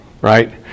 right